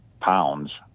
pounds